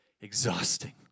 exhausting